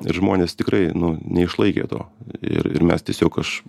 ir žmonės tikrai nu neišlaikė to ir ir mes tiesiog aš